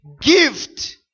Gift